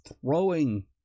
throwing